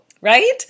right